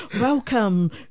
Welcome